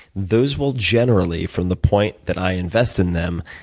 those will generally, from the point that i invest in them,